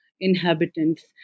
inhabitants